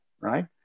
Right